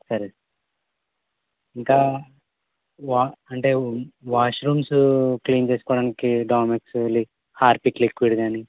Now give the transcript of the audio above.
సరే ఇంకా వా అంటే వాష్ రూమ్స్ క్లీన్ చేసుకోడానికి డోమెక్స్ హార్పిక్ లిక్విడ్ కానీ